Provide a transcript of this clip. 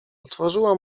otworzyła